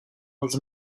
els